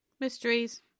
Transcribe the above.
Mysteries